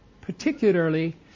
particularly